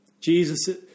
Jesus